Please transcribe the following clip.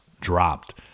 dropped